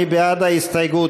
מי בעד ההסתייגות?